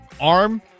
arm